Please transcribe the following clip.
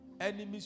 enemies